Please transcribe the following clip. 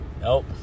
Nope